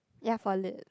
ya for lip